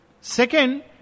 second